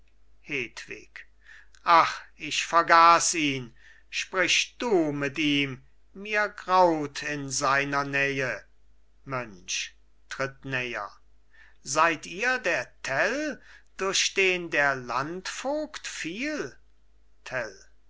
ach ich vergaß ihn sprich du mit ihm mir graut in seiner nähe mönch tritt näher seid ihr der tell durch den der landvogt fiel